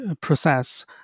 process